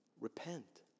repent